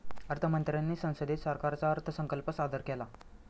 अर्थ मंत्र्यांनी संसदेत सरकारचा अर्थसंकल्प सादर केला